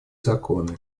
законы